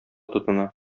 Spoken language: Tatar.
тотына